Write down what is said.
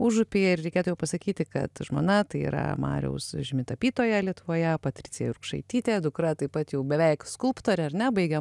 užupyje ir reikėtų jau pasakyti kad žmona tai yra mariaus žymi tapytoja lietuvoje patricija jurkšaitytė dukra taip pat jau beveik skulptorė ar ne baigia